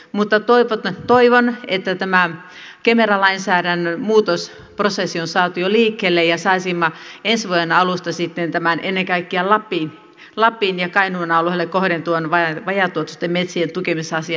mutta toivon että kemera lainsäädännön muutosprosessi on saatu jo liikkeelle ja saisimme ensi vuoden alusta sitten tämän ennen kaikkea lapin ja kainuun alueille kohdentuvan vajaatuottoisten metsien tukemisasian sitten liikkeelle